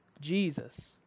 Jesus